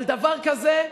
אבל דבר כזה,